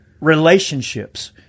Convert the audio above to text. relationships